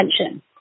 attention